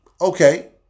Okay